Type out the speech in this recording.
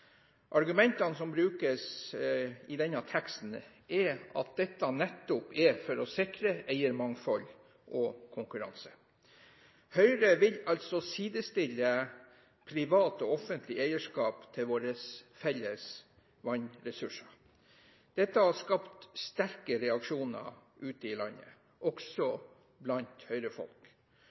Argumentene som brukes i denne teksten, er at dette nettopp er for å sikre eiermangfold og konkurranse. Høyre vil altså sidestille privat og offentlig eierskap til våre felles vannressurser. Dette har skapt sterke reaksjoner ute i landet, også blant